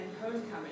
homecoming